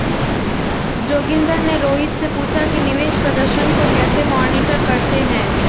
जोगिंदर ने रोहित से पूछा कि निवेश प्रदर्शन को कैसे मॉनिटर करते हैं?